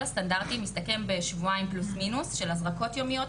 הסטנדרטי מסתכם בשבועיים פלוס-מינוס של הזרקות יומיות,